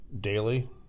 daily